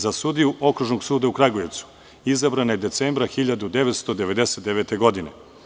Za sudiju Oružnog suda u Kragujevcu izabrana je decembra 1999. godine.